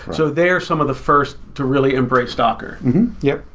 so they are some of the first to really embrace docker yeah.